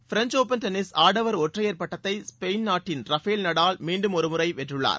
French open tennis ஆடவர் ஒற்றையர் பட்டத்தை ஸ்பெயின் நாட்டின் ரஃபேல் நடால் மீண்டும் ஒருமுறை வென்றுள்ளார்